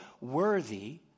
worthy